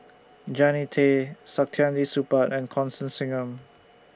Jannie Tay Saktiandi Supaat and Constance Singam